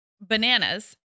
bananas